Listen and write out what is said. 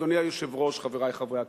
אדוני היושב-ראש, חברי חברי הכנסת,